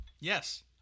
Yes